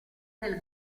del